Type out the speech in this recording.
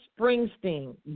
Springsteen